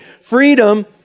freedom